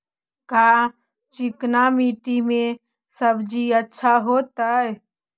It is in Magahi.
का चिकना मट्टी में सब्जी अच्छा होतै?